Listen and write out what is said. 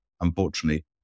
unfortunately